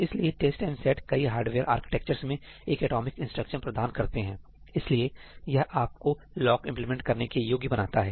इसलिए test and set कई hardware architectures में एक एटॉमिक इंस्ट्रक्शन प्रदान करते हैं ठीक है इसलिए यह आपको लॉक इंप्लीमेंट करने के योग्य बनाता है